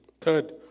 Third